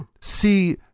see